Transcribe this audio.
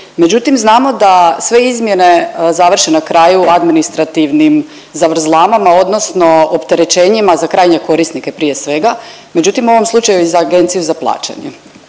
Međutim, znamo da sve izmjene završe na kraju administrativnim zavrzlamama odnosno opterećenjima za krajnje korisnike prije svega, međutim u ovom slučaju i za Agenciju za plaćanje.